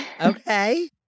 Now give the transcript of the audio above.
Okay